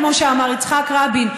כמו שאמר יצחק רבין,